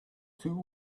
two